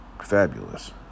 fabulous